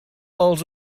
els